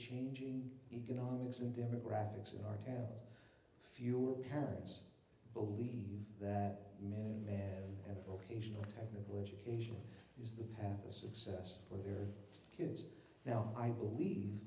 changing economics and demographics in our town fewer parents believe that man man and a vocational technical education is the have the success for their kids now i believe